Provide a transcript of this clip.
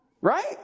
Right